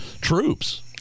troops